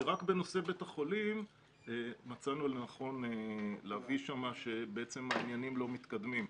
שרק בנושא בית החולים מצאנו לנכון לציין שם שהעניינים לא מתקדמים.